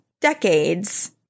decades